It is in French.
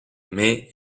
mai